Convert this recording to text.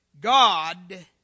God